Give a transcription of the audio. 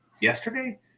yesterday